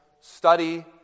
study